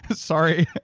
but sorry.